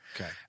Okay